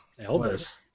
Elvis